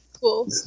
cool